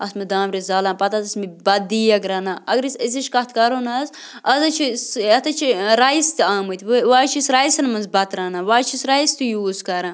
اَتھ منٛز دانٛمبرِس زالان پَتہٕ حظ ٲسۍمٕتۍ بَتہٕ دیگ رَنان اگر أسۍ أزِچ کَتھ کَرو نہٕ حظ آز حظ چھِ سُہ یَتھ حظ چھِ رایِس تہِ آمٕتۍ وۄنۍ وۄنۍ حظ چھِ أسۍ رایسَن منٛز بَتہٕ رَنان وۄنۍ حظ چھِ أسۍ رایِس تہِ یوٗز کَران